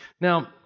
Now